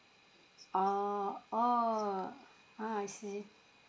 ah oh ah I see